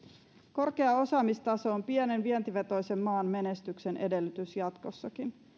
korkea osaamistaso on pienen vientivetoisen maan menestyksen edellytys jatkossakin